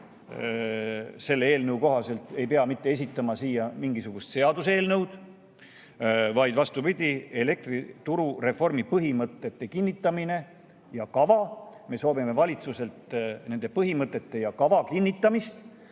selle eelnõu kohaselt ei pea esitama siia mingisugust seaduseelnõu, vaid vastupidi – kinnitaks elektrituru reformi põhimõtted ja kava. Me soovime valitsuselt nende põhimõtete ja kava kinnitamist.